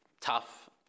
tough